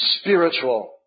spiritual